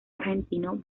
argentino